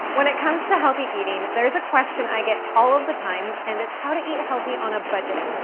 when it comes to healthy eating, there's a question i get all of the time, and it's how to eat healthy on a budget.